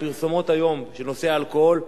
הפרסומות היום בנושא האלכוהול,